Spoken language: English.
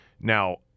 Now